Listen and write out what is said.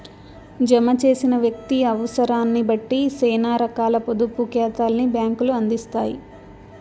జమ చేసిన వ్యక్తి అవుసరాన్నిబట్టి సేనా రకాల పొదుపు కాతాల్ని బ్యాంకులు అందిత్తాయి